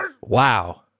wow